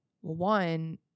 one